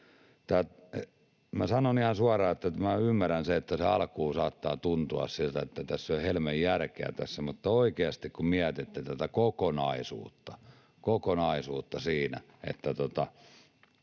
sanon ihan suoraan, että minä ymmärrän sen, että alkuun saattaa tuntua siltä, että tässä ei ole helmen järkeä. Mutta oikeasti, kun mietitte tätä kokonaisuutta, että tämä